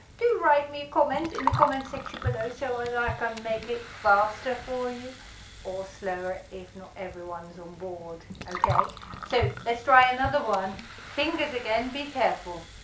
do write me a comment in the comment section below so whether i can make it faster for you or slower if everyone's on board, okay so let's try another one fingers again be careful